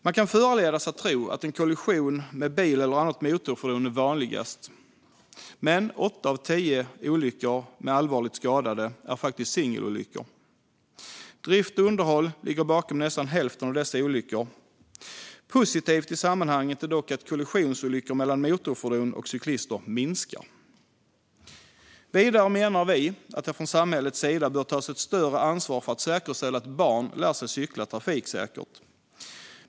Man kan föranledas att tro att en kollision med bil eller annat motorfordon är vanligast, men 8 av 10 olyckor med allvarligt skadade är faktiskt singelolyckor. Orsaker som kan relateras till drift och underhåll ligger bakom nästan hälften av dessa olyckor. Positivt i sammanhanget är dock att kollisionsolyckor mellan motorfordon och cyklister minskar. Vidare menar vi att det från samhällets sida bör tas ett större ansvar för att säkerställa att barn lär sig cykla trafiksäkert.